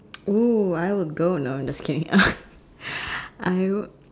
!oo! I would go no I'm just kidding I would